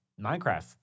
Minecraft